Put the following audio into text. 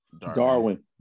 Darwin